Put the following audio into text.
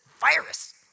virus